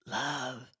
love